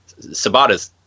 Sabatas